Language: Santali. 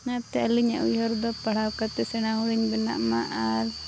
ᱚᱱᱟᱛᱮ ᱟᱹᱞᱤᱧᱟᱜ ᱩᱭᱦᱟᱹᱨ ᱫᱚ ᱯᱟᱲᱦᱟᱣ ᱠᱟᱛᱮᱫ ᱥᱮᱬᱟ ᱦᱚᱲᱤᱧ ᱵᱮᱱᱟᱜ ᱢᱟ ᱟᱨ